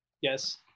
Yes